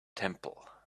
temple